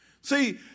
See